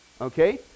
Okay